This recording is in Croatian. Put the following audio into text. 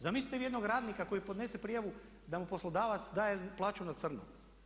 Zamislite vi jednog radnika koji podnese prijavu da mu poslodavac daje plaću na crno.